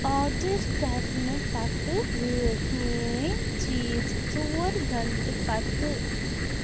order کرنہٕ پتہٕ وٲتۍ میٲنۍ چیٖز ژور گنٛٹہٕ پتہٕ